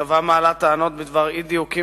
הכתבה מעלה טענות בדבר אי-דיוקים